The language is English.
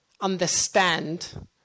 understand